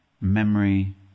memory